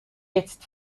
jetzt